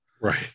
right